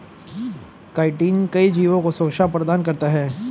chitin कई जीवों को सुरक्षा प्रदान करता है